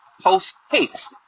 post-haste